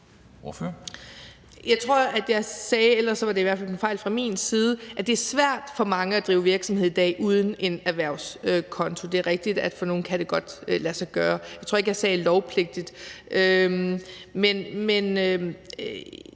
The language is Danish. Jeg tror, at jeg sagde – ellers var det i hvert fald en fejl fra min side – at det er svært for mange at drive virksomhed i dag uden en erhvervskonto. Det er rigtigt, at for nogle kan det godt lade sig gøre. Jeg tror ikke, jeg sagde, at det var lovpligtigt. Men